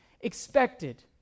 expected